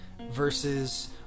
versus